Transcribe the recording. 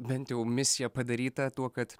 bent jau misija padaryta tuo kad